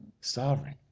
sovereign